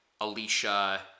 Alicia